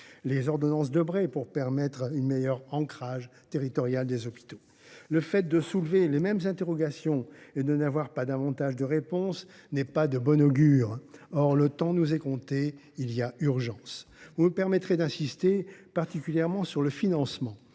les ordonnances Debré pour permettre un meilleur ancrage territorial des hôpitaux ? Le fait de soulever les mêmes interrogations et de n’avoir pas davantage de réponses n’est pas de bon augure. Le temps nous est compté. Il y a urgence. Vous me permettrez d’insister particulièrement sur le financement,